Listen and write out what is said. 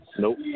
Nope